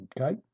Okay